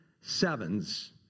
sevens